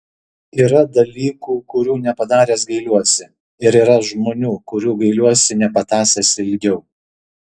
yra dalykų kurių nepadaręs gailiuosi ir yra žmonių kurių gailiuosi nepatąsęs ilgiau